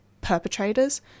perpetrators